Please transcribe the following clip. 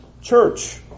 church